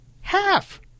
Half